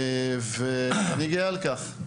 ואני גאה על כך.